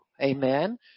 Amen